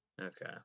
Okay